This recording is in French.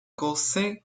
conseil